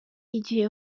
igihe